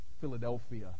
Philadelphia